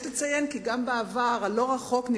יש לציין גם כי בעבר הלא-רחוק כבר